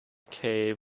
cave